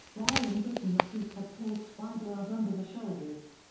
while in britain the pleats are placed wider out under the shoulders.